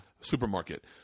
Supermarket